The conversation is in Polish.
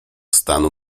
stanu